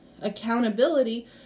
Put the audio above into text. Accountability